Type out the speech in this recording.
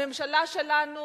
הממשלה שלנו